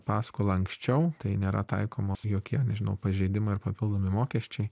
paskolą anksčiau tai nėra taikomos jokie nežinau pažeidimai ar papildomi mokesčiai